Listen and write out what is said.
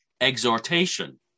exhortation